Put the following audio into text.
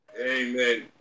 Amen